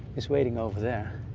it's waiting over there.